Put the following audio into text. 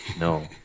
No